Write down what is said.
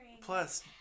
Plus